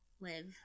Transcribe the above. Live